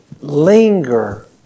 linger